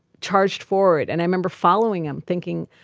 charged forward. and i remember following him, thinking,